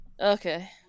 Okay